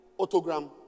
Autogram